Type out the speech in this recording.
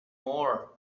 more